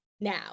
now